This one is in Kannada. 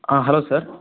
um hello sir